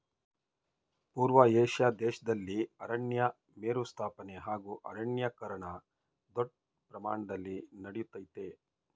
ಪೂರ್ವ ಏಷ್ಯಾ ದೇಶ್ದಲ್ಲಿ ಅರಣ್ಯ ಮರುಸ್ಥಾಪನೆ ಹಾಗೂ ಅರಣ್ಯೀಕರಣ ದೊಡ್ ಪ್ರಮಾಣ್ದಲ್ಲಿ ನಡಿತಯ್ತೆ